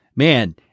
Man